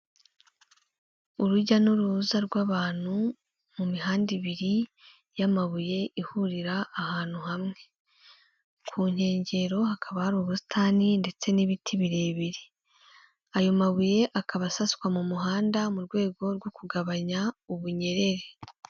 Urujya n'uruza rw'abantu mu mihanda ibiri y'amabuye ihurira ahantu hamwe, ku nkengero hakaba hari ubusitani ndetse n'ibiti birebire, ayo mabuye akaba asaswa mu muhanda mu rwego rwo kugabanya ubunyerere.